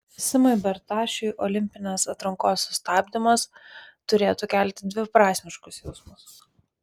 simui bertašiui olimpinės atrankos sustabdymas turėtų kelti dviprasmiškus jausmus